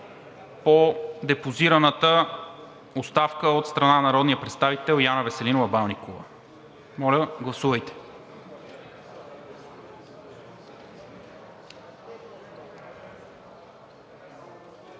по депозираната оставка от страна на народния представител Яна Веселинова Балникова. Гласували